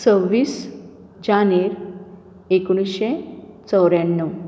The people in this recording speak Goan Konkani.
सव्वीस जानेर एकूणशें चवऱ्याणव